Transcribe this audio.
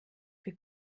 wird